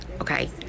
okay